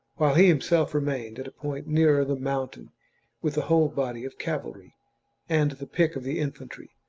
while he himself remained at a point nearer the mountain with the whole body of cavalry and the pick of the infantry,